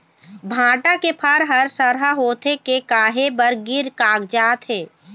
भांटा के फर हर सरहा होथे के काहे बर गिर कागजात हे?